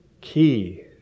Key